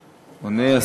לנו?